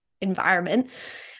environment